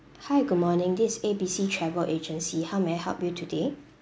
hi good morning this is A B C travel agency how may I help you today